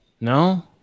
No